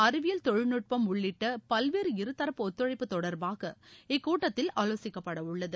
அறிவியல் தொழில்நுட்பம் உள்ளிட்ட பல்வேறு இருதரப்பு ஒத்துழைப்பு தொடர்பாக இக்கூட்டத்தில் ஆலோசிக்கப்படவுள்ளது